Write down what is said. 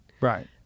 Right